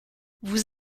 vous